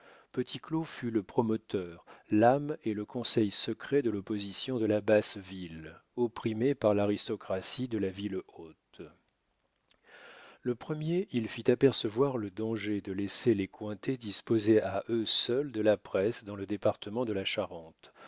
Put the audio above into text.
l'houmeau petit claud fut le promoteur l'âme et le conseil secret de l'opposition de la basse ville opprimée par l'aristocratie de la ville haute le premier il fit apercevoir le danger de laisser les cointet disposer à eux seuls de la presse dans le département de la charente